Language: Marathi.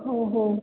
हो हो